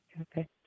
okay